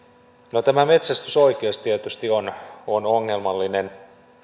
no tämä metsästysoikeus tietysti on on ongelmallinen